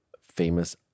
famous